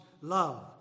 love